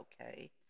okay